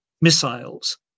missiles